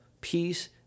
peace